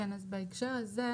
אז בהקשר הזה,